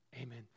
Amen